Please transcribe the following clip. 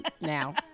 now